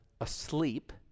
asleep